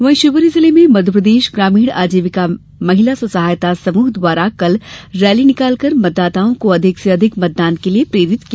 वहीं शिवपूरी जिले में मध्यप्रदेश ग्रामीण आजीविका महिला स्व सहायता समूह द्वारा कल एक रैली निकालकर मतदाताओं को अधिक से अधिक मतदान के लिये प्रेरित किया